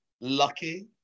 lucky